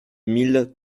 mille